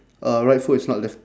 uh right foot is not lift~